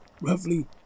roughly